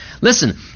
Listen